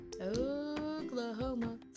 Oklahoma